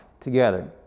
together